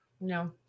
no